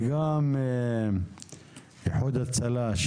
וגם איחוד הצלה,